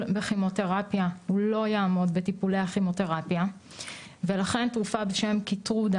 לא יעמוד בטיפולי הכימותרפיה ולכן תרופה בשם קיטרודה